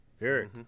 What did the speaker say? Eric